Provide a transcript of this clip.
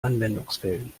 anwendungsfällen